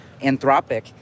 Anthropic